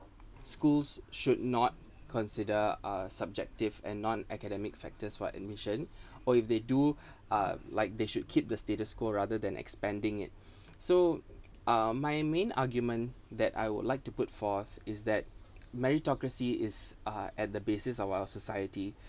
schools should not consider uh subjective and non-academic factors for admission or if they do uh like they should keep the status quo rather than expanding its so um my main argument that I would like to put forth is that meritocracy is uh at the basis of our society